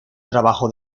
trabajo